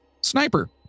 Sniper